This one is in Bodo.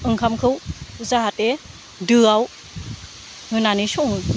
ओंखामखौ जाहाथे दोआव होनानै सङो